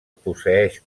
posseeix